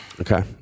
Okay